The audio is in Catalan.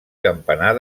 campanar